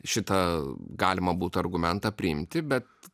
šitą galima būtų argumentą priimti bet